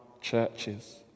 churches